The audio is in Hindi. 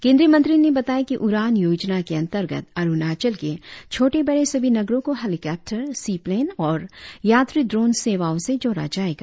केंद्रीय मंत्री ने बताया कि अड़ान योजना के अंतर्गत अरुणाचल के छोटे बड़े सभी नगरों को हेलिकॉप्टर सीप्लेन और यात्री ड्रोन सेवाओं से जोड़ा जाएगा